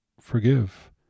forgive